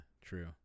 true